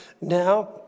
now